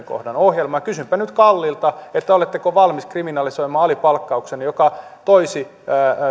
kohdan ohjelman kysynpä nyt kallilta oletteko valmis kriminalisoimaan alipalkkauksen joka toisi